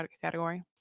category